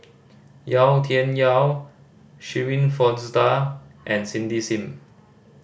Yau Tian Yau Shirin Fozdar and Cindy Sim